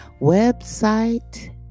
website